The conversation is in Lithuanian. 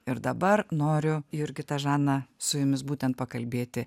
ir dabar noriu jurgita žana su jumis būtent pakalbėti